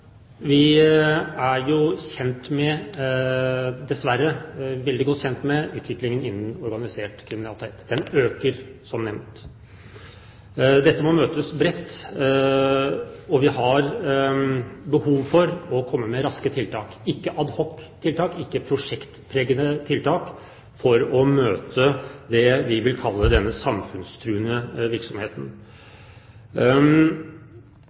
Vi er jo dessverre veldig godt kjent med utviklingen innen organisert kriminalitet. Kriminaliteten øker, som nevnt. Dette må møtes bredt, og vi har behov for å komme med raske tiltak – ikke adhoctiltak, ikke prosjektpregede tiltak – for å møte det vi vil kalle denne samfunnstruende virksomheten.